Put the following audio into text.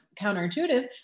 counterintuitive